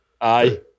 Aye